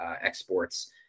exports